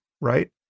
right